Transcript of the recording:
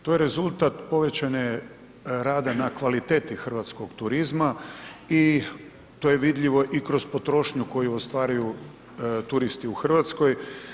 To je rezultat povećanog rada na kvaliteti hrvatskog turizma i to je vidljivo i kroz potrošnju koju ostvaruju turisti u Hrvatskoj.